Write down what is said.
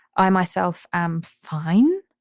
i myself am fine.